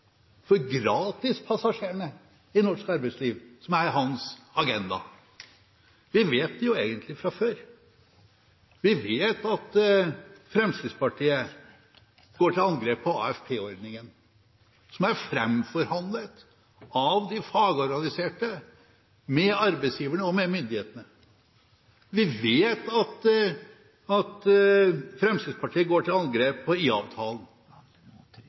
for de uorganiserte – for gratispassasjerene – i norsk arbeidsliv, som er hans agenda. Vi vet jo egentlig fra før at Fremskrittspartiet går til angrep på AFP-ordningen, som er framforhandlet av de fagorganiserte, med arbeidsgiverne og med myndighetene. Vi vet at Fremskrittspartiet går til angrep på